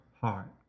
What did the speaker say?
heart